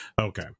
okay